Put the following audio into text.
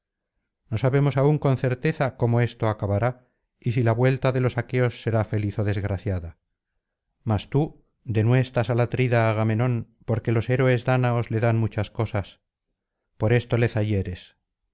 no sabemos aún con certeza cómo esto acabará y si la vuelta de los aqueos será feliz ó desgraciada mas tú denuestas al atrida agamenón porque los héroes dáñaosle dan muchas cosas por esto le